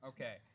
Okay